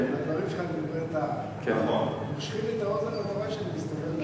הדברים שלך מושכים לי את האוזן, נכון.